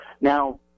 Now